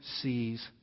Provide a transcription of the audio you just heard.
sees